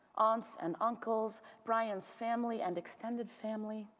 aunts and uncles, bryan s family and extended family,